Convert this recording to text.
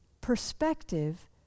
perspective